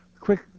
quick